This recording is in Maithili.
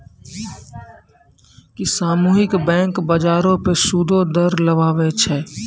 कि सामुहिक बैंक, बजारो पे सूदो दर लगाबै छै?